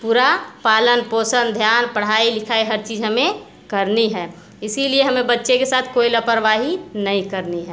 पूरा पालन पोषण ध्यान पढ़ाई लिखाई हर चीज़ हमें करनी है इसलिए हमें बच्चे के साथ कोई लापरवाही नहीं करनी है